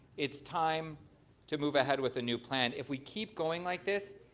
it's time to move ahead with the new plan. if we keep going like this,